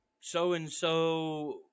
so-and-so